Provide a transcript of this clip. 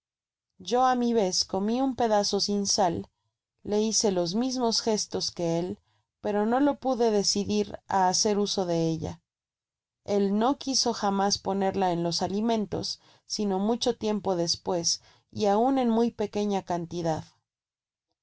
fresca yoá mi vez comi un pedazo sin sal le hice los mismos gestos que él pero no lo pude decidir á hacer uso de ella el no juiso jamás ponerla en los alimentos sino mucho tiempo despues y aun en muy pequeña cantidad